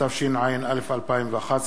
התשע"א 2011,